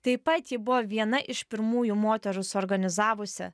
taip pat ji buvo viena iš pirmųjų moterų suorganizavusi